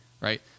right